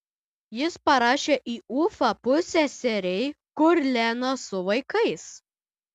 jis parašė į ufą pusseserei kur lena su vaikais